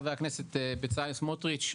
ח"כ בצלאל סמוטריץ',